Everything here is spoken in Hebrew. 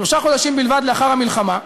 שלושה חודשים בלבד לאחר המלחמה,